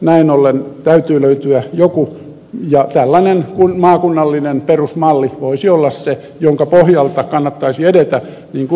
näin ollen täytyy löytyä joku ja tällainen maakunnallinen perusmalli voisi olla se jonka pohjalta kannattaisi edetä niin kuin ed